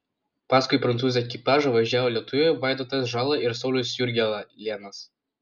paskui prancūzų ekipažą važiavo lietuviai vaidotas žala ir saulius jurgelėnas